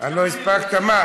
לא הספקתי.